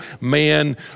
man